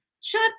Shut